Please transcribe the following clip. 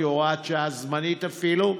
כהוראת שעה זמנית אפילו?